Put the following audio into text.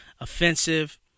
offensive